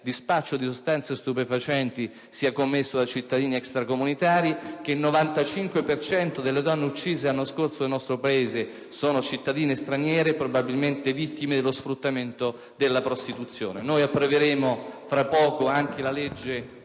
di spaccio di sostanze stupefacenti è commesso da cittadini extracomunitari e che il 95 per cento delle donne uccise lo scorso anno nel nostro Paese sono cittadine straniere, probabilmente vittime dello sfruttamento della prostituzione. Noi approveremo tra poco anche la legge